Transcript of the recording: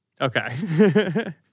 Okay